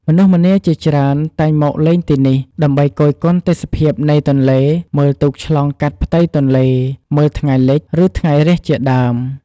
មនុស្សម្នាជាច្រើនតែងមកលេងទីនេះ ដើម្បីគយគន់ទេសភាពនៃទន្លេ មើលទូកឆ្លងកាត់ផ្ទៃទន្លេ មើលថ្ងៃលិច ឬថ្ងៃរះជាដើម។